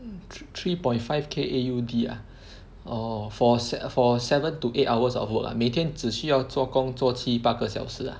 mm three point five K A_U_D ah orh for sev~ for seven to eight hours of work ah 每天只需要做工做七八个小时 ah